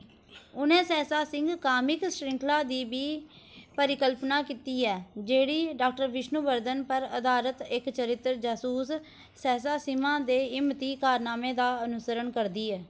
उ'नें सहसा सिंह कामिक श्रृंखला दी बी परिकल्पना कीती ऐ जेह्ड़ी डाक्टर विश्णुवर्धन पर अधारत इक चरित्र जसूस सहसा सिम्हा दे हिम्मती कारनामें दा अनुसरण करदी ऐ